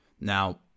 Now